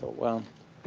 well,